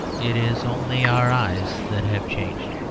it is only our eyes that have changed.